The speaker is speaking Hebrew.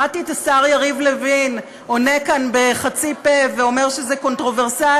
שמעתי את השר יריב לוין עונה כאן בחצי פה ואומר שזה קונטרוברסלי,